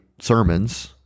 sermons